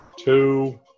Two